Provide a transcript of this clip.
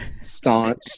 staunch